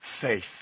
faith